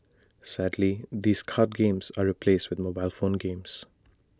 sadly these card games are replaced with mobile phone games